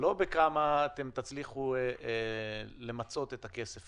לא רק בכמה אתם תצליחו למצות את הכסף,